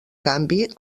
canvi